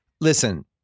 Listen